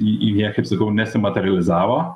į į niekaip sakau nesimaterializavo